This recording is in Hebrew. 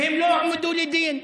והם לא הועמדו לדין.